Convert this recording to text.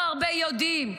ולא הרבה יודעים,